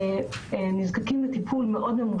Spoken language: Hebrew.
רק יבקשו, אנחנו נמצא להם מקום",